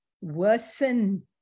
worsen